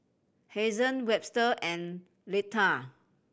Hazen Webster and Leitha